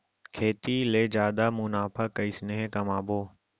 खेती ले जादा मुनाफा कइसने कमाबो?